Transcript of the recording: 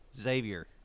Xavier